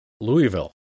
Louisville